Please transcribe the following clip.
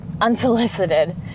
unsolicited